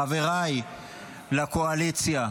חבריי לקואליציה,